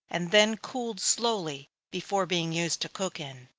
and then cooled slowly, before being used to cook in.